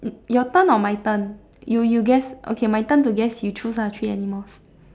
your turn or my turn you you guess okay my turn to guess you choose lah three animals